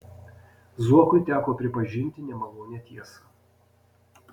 zuokui teko pripažinti nemalonią tiesą